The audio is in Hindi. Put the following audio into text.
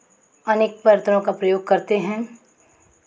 अनेक बर्तनों का प्रयोग करते हैं